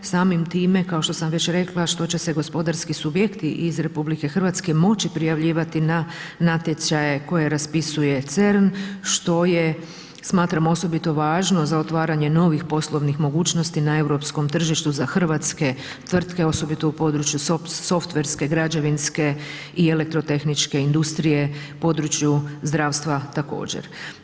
Samim time kao što sam već rekla što će se gospodarski subjekti iz RH moći prijavljivati na natječaje koje raspisuje CERN što je smatram osobito važno za otvaranje novih poslovnih mogućnosti na europskom tržištu za hrvatske tvrtke osobito u području softwarske, građevinske i elektrotehničke industrije, području zdravstva također.